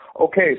Okay